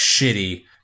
shitty